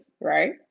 right